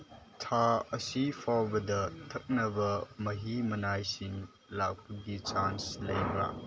ꯊꯥ ꯑꯁꯤ ꯐꯥꯎꯕꯗ ꯊꯛꯅꯕ ꯃꯍꯤ ꯃꯅꯥꯏꯁꯤꯡ ꯂꯥꯛꯄꯒꯤ ꯆꯥꯟꯁ ꯂꯩꯕ꯭ꯔꯥ